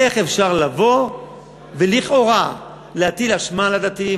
איך אפשר לבוא ולכאורה להטיל אשמה על הדתיים,